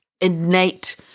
innate